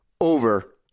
over